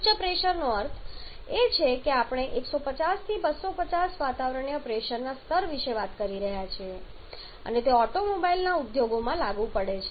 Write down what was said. ઉચ્ચ પ્રેશરનો અર્થ એ છે કે આપણે 150 થી 250 વાતાવરણીય પ્રેશરના સ્તર વિશે વાત કરી રહ્યા છીએ અને તે ઓટોમોબાઈલ ઉદ્યોગોમાં લાગુ પડે છે